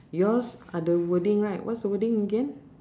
yours ada wording right what's the wording again